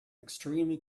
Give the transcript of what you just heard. extremely